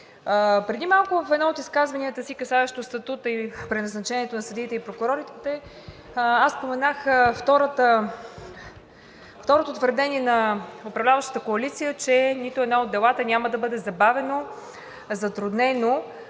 Преди малко в едно от изказванията, касаещо статута и преназначението на съдиите и прокурорите, аз споменах второто твърдение на управляващата коалиция, че нито едно от делата няма да бъде забавено, затруднено,